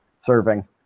serving